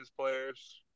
players